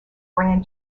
ran